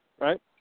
Right